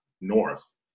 north